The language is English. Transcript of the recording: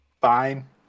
fine